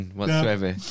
whatsoever